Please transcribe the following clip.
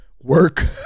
Work